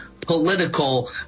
political